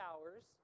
hours